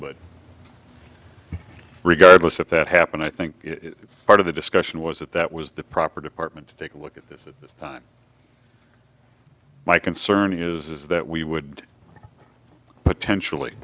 but regardless if that happened i think part of the discussion was that that was the proper department to take a look at this at this time my concern is that we would potentially